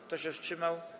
Kto się wstrzymał?